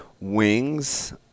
wings